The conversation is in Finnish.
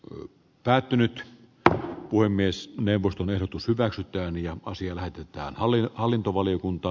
olen päätynyt mutta puhemies neuvoston ehdotus hyväksytään ja asia lähetetään oli hallintovaliokunta